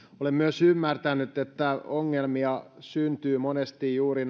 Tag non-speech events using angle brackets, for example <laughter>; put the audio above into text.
olen myös ymmärtänyt että ongelmia syntyy monesti onnettomuustilanteissa juuri <unintelligible>